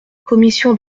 commission